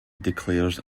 declares